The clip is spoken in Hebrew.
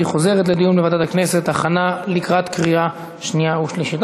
והיא חוזרת לדיון בוועדת הכנסת להכנה לקראת קריאה שנייה ושלישית.